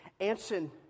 Anson